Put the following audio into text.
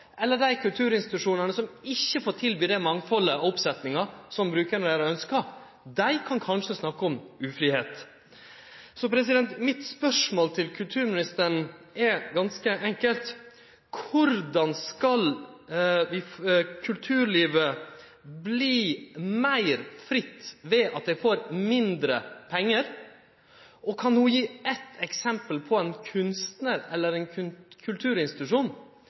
eller dei kulturinstitusjonane som ikkje får tilby det mangfaldet av oppsetjingar som brukarane deira ønskjer, kanskje kan snakke om ufridom. Mitt spørsmål til kulturministeren er ganske enkelt: Korleis skal kulturlivet verte meir fritt ved at det får mindre pengar? Kan ho gje eit eksempel på ein kunstnar eller ein kulturinstitusjon